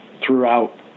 throughout